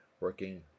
Working